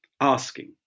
asking